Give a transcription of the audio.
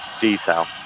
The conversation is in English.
detail